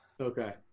Okay